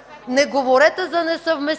предотвратяване